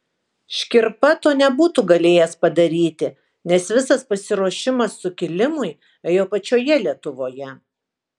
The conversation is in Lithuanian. škirpa to nebūtų galėjęs padaryti nes visas pasiruošimas sukilimui ėjo pačioje lietuvoje